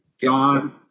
John